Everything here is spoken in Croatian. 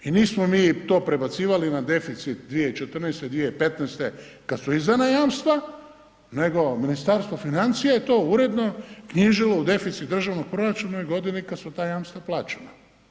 I nismo mi to prebacivali na deficit 2014., 2015. kad su izdana jamstva, nego Ministarstvo financija je to uredno knjižilo u deficit državnog proračuna godine kad su ta jamstva plaćena.